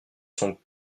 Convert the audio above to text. sont